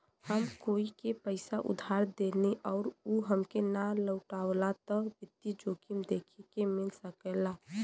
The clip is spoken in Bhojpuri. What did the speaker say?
हम कोई के पइसा उधार देली आउर उ हमके ना लउटावला त वित्तीय जोखिम देखे के मिल सकला